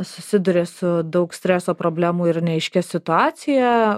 susiduria su daug streso problemų ir neaiškia situacija